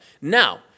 Now